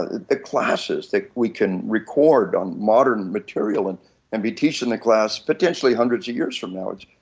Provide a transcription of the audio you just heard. ah the classes that we can record on modern material and and we teach in the class potentially hundreds of years from now, ah